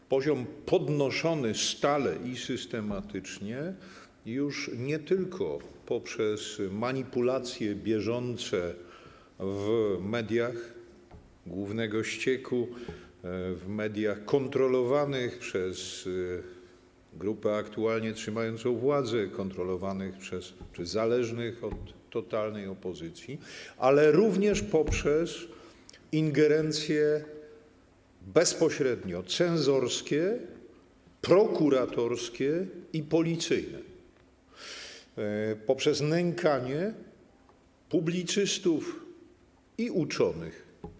To poziom podnoszony stale i systematycznie już nie tylko poprzez manipulacje bieżące w mediach głównego ścieku, w mediach kontrolowanych przez grupę aktualnie trzymającą władzę, kontrolowanych czy zależnych od totalnej opozycji, ale również poprzez ingerencje bezpośrednio cenzorskie, prokuratorskie i policyjne, poprzez nękanie publicystów i uczonych.